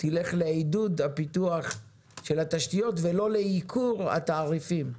ילך לעידוד הפיתוח של התשתיות ולא לייקור התעריפים.